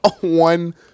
one